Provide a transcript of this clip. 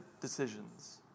decisions